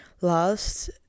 last